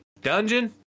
dungeon